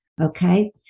okay